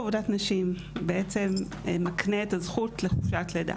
מקנה את הזכות לחופשת לידה.